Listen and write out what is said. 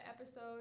episode